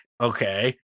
okay